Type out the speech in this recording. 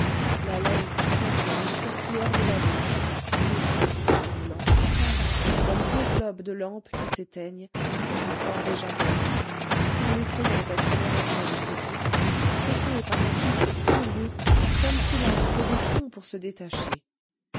la langue tout entière lui sortit hors de la bouche ses yeux en roulant pâlissaient comme deux globes de lampe qui s'éteignent à la croire déjà morte sans l'effrayante accélération de ses côtes secouées par un souffle furieux comme si l'âme eût fait des bonds pour se détacher